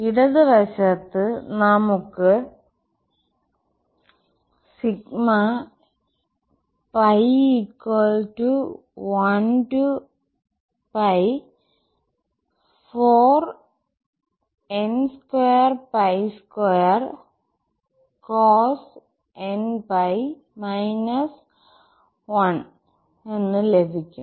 ഇടത് വശത്ത് നമുക്ക് ലഭിക്കും